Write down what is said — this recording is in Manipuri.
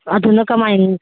ꯑꯗꯨꯅ ꯀꯃꯥꯏꯅ